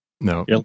No